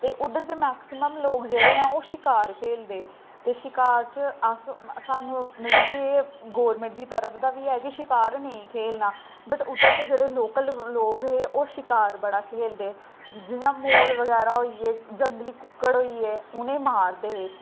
ते उद्धर दे मैक्सीमम लोक जेह्ड़े आं ओह् शिकार खेढ़दे ते शिकार च अस मतलब स्हानूं ऐ के गौरमेंट दी तरफ दा बी ऐ के शिकार नेईं खेढना बट उद्दर दे जेह्ड़े लोकल लोग हे ओह् शिकार बड़ा खेढदे हे जियां मोर बगैरा होइयै जियां जंगली कुक्कड़ होइये उ'नें ई मारदे हे